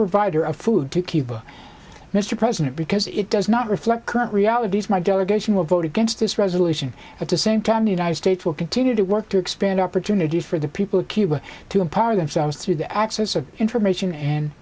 provider of food to cuba mr president because it does not reflect current realities my delegation will vote against this resolution at the same time the united states will continue to work to expand opportunities for the people of cuba to empower themselves through the access of information and